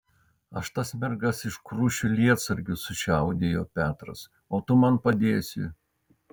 aš tas mergas iškrušiu lietsargiu sučiaudėjo petras o tu man padėsi